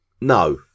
No